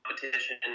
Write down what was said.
competition